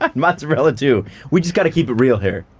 um mozzarella too we just got to keep it real here,